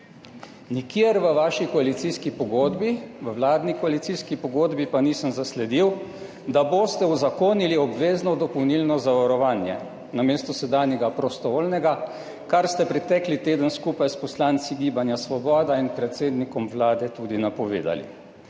v vladni koalicijski pogodbi pa nisem zasledil, da boste uzakonili obvezno dopolnilno zavarovanje namesto sedanjega prostovoljnega, kar ste pretekli teden skupaj s poslanci Gibanja Svoboda in predsednikom Vlade tudi napovedali.